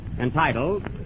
entitled